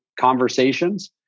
conversations